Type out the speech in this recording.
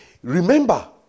Remember